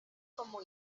como